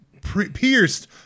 Pierced